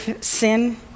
sin